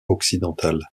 occidentale